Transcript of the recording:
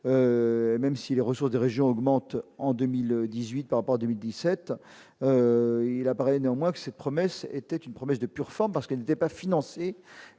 même. Il les ressources des régions augmentent en 2018 par rapport à 2017, il apparaît néanmoins que cette promesse était une promesse de pure forme, parce qu'elle n'était pas financé